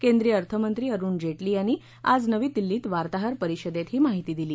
केंद्रीय अर्थमंत्री अरुण जेटली यांनी आज नवी दिल्लीत वार्ताहर परिषदेत ही माहिती दिली